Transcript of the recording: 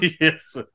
Yes